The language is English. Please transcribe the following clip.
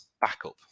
backup